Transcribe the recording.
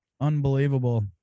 Unbelievable